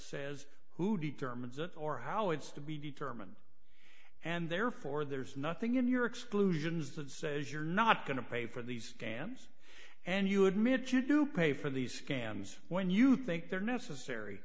says who determines it or how it's to be determined and therefore there is nothing in your exclusions that says you're not going to pay for these scams and you admit you do pay for these scams when you think they're necessary